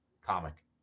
comic